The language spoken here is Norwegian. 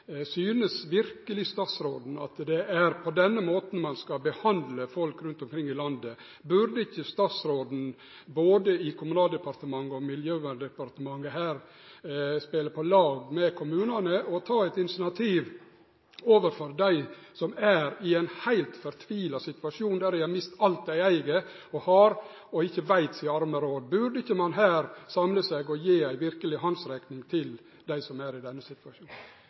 i Miljøverndepartementet her spele på lag med kommunane og ta eit initiativ overfor dei som er i ein heilt fortvila situasjon, der dei har mist alt dei eig og har, og ikkje veit si arme råd? Burde ein ikkje her samle seg og verkeleg gje ei handsrekning til dei som er i denne situasjonen?